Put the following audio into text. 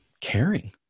caring